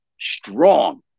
strong